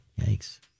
Yikes